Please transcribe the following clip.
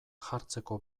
jartzeko